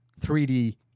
3D